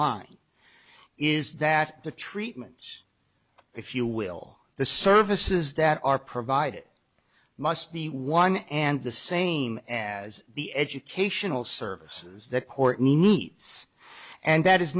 line is that the treatments if you will the services that are provided must be one and the same as the educational services that courtney needs and that is